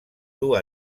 dur